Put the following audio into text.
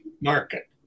market